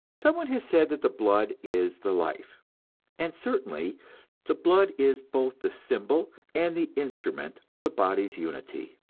some one has said that the blood is the life and certainly the blood is both the symbol and the instrument of the body's unity.